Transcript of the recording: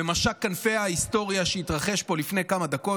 במשק כנפי ההיסטוריה שהתרחש פה לפני כמה דקות.